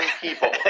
people